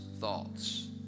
thoughts